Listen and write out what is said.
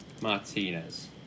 Martinez